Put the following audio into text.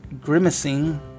grimacing